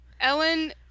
Ellen